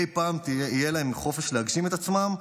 ואם אי פעם יהיה להם החופש להגשים את עצמם,